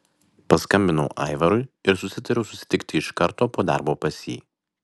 paskambinau aivarui ir susitariau susitikti iš karto po darbo pas jį